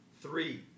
Three